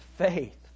Faith